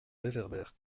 réverbère